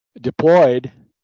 deployed